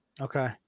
Okay